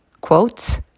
Quotes